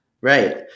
Right